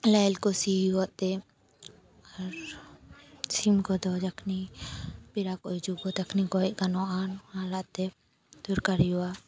ᱞᱮᱞ ᱠᱚ ᱥᱤ ᱦᱩᱭᱩᱜ ᱟᱛᱮ ᱟᱨ ᱥᱤᱢ ᱠᱚᱫᱚ ᱡᱚᱠᱷᱚᱱᱤ ᱯᱮᱨᱟ ᱠᱚ ᱦᱤᱡᱩᱜ ᱟᱠᱚ ᱛᱟᱠᱷᱚᱱᱤ ᱜᱚᱡ ᱟᱠᱚ ᱱᱚᱣᱟ ᱟᱨ ᱱᱚᱣᱟᱞᱟᱛᱮ ᱫᱚᱨᱠᱟᱨ ᱦᱩᱭᱩᱜᱼᱟ